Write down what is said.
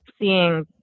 seeing